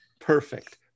perfect